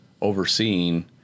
overseeing